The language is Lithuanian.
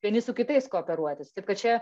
vieni su kitais kooperuotis taip kad čia